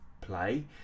play